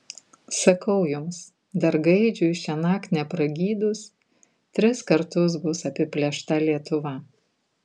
sakau jums dar gaidžiui šiąnakt nepragydus tris kartus bus apiplėšta lietuva